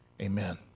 Amen